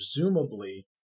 presumably